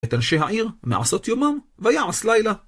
את אנשי העיר מעשות יומם, ויעש לילה.